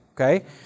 okay